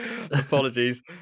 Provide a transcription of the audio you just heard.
Apologies